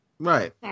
Right